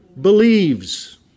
believes